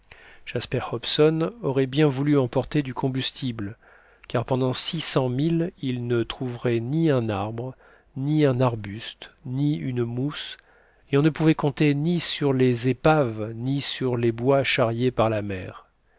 jasper hobson aurait bien voulu emporter du combustible car pendant six cents milles il ne trouverait ni un arbre ni un arbuste ni une mousse et on ne pouvait compter ni sur les épaves ni sur les bois charriés par la mer